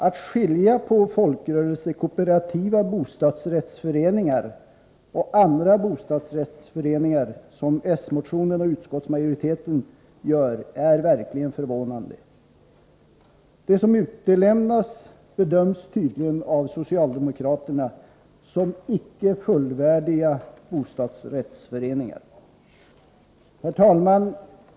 Att man skiljer på folkrörelsekooperativa bostadsrättsföreningar och andra bostadsrättsföreningar, som man gör i den socialdemokratiska motionen och som utskottsmajoriteten gör, är verkligen förvånande. De som utelämnas bedöms tydligen av socialdemokraterna som icke fullvärdiga bostadsrättsföreningar. Herr talman!